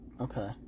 Okay